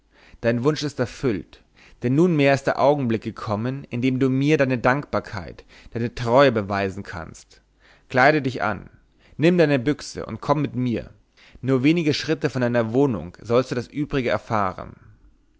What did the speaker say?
dein wunsch ist erfüllt denn es ist nunmehr der augenblick gekommen in dem du mir deine dankbarkeit deine treue beweisen kannst kleide dich an nimm deine büchse und komme mit mir nur wenige schritte von deiner wohnung sollst du das übrige erfahren